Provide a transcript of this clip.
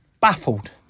baffled